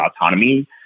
autonomy